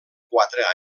quatre